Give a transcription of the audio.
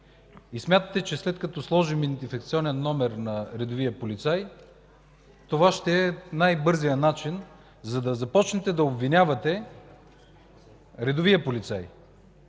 Смятате, че като сложим идентификационен номер на редовия полицай, това ще е най-бързият начин, за да започнете да обвинявате редовия полицай.